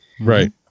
Right